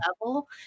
level